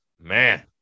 Man